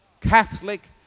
Catholic